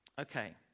Okay